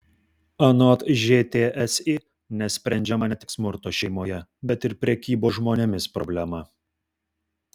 anot žtsi nesprendžiama ne tik smurto šeimoje bet ir prekybos žmonėmis problema